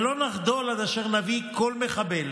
ולא נחדל עד שנביא כל מחבל